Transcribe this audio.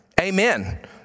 Amen